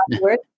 word